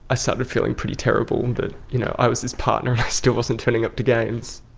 i started feeling pretty terrible that you know i was his partner and i still wasn't turning up to games.